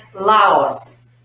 Laos